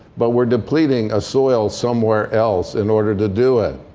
but we're depleting a soil somewhere else in order to do it.